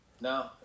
no